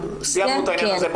סיימנו את העניין הזה.